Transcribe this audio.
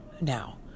now